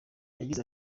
yagize